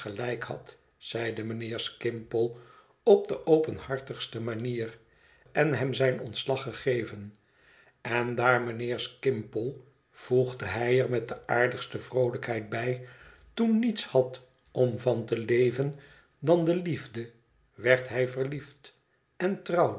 gelijk had zeide mijnheer skimpole op de openhartigste manier en hem zijn ontslag gegeven en daar mijnheer skimpole voegde hij er met de aardigste vroolijkheid bij toen niets had om van te leven dan de liefde werd hij verliefd en trouwde